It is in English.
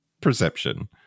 perception